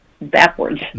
backwards